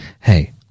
hey